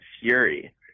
fury